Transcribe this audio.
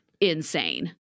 insane